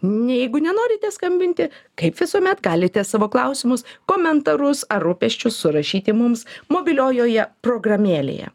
ne jeigu nenorite skambinti kaip visuomet galite savo klausimus komentarus ar rūpesčius surašyti mums mobiliojoje programėlėje